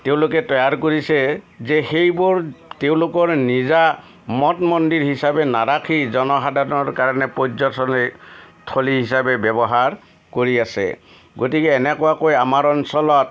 তেওঁলোকে তৈয়াৰ কৰিছে যে সেইবোৰ তেওঁলোকৰ নিজা মঠ মন্দিৰ হিচাপে নাৰাখি জনসাধাৰণৰ কাৰণে পৰ্যথলী থলী হিচাপে ব্যৱহাৰ কৰি আছে গতিকে এনেকুৱাকৈ আমাৰ অঞ্চলত